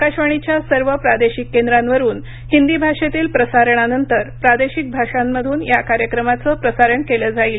आकाशवाणीच्या सर्व प्रादेशिक केंद्रांवरून हिंदी भाषेतील प्रसारणानंतर प्रादेशिक भाषांमधून या कार्यक्रमाचं प्रसारण केलं जाईल